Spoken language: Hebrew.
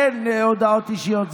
אין הודעות אישיות.